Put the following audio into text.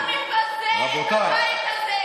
זו פשוט בושה.